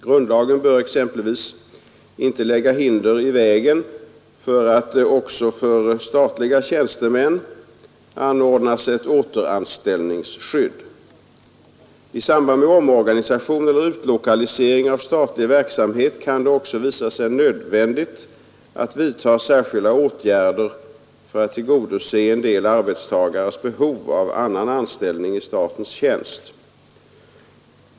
Grundlagen bör exempelvis inte lägga hinder i vägen för att det också för statliga tjänstemän anordnas ett återanställningsskydd. I samband med omorganisation eller utlokalisering av statlig verksamhet kan det visa sig nödvändigt att vidta särskilda åtgärder för att tillgodose en del arbetstagares behov av annan anställning i statens tjänst.